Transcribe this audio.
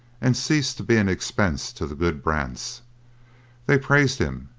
and ceased to be an expense to the good brants they praised him,